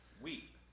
weep